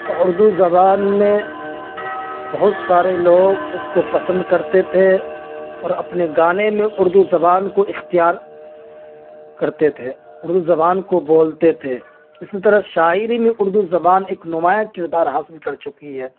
اردو زبان میں بہت سارے لوگ اس کو پسند کرتے تھے اور اپنے گانے میں اردو زبان کو اختیار کرتے تھے اردو زبان کو بولتے تھے اسی طرح شاعری میں اردو زبان ایک نمایاں کردار حاصل کر چکی ہے